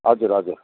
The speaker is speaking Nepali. हजुर हजुर